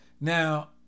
Now